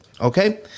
okay